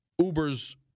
Ubers